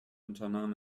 unternahm